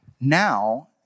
now